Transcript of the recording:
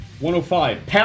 105